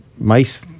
mice